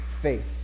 faith